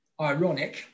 ironic